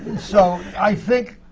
and so, i think